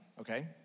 okay